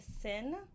sin